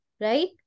right